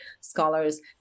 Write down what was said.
scholars